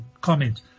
comment